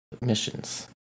missions